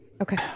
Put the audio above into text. Okay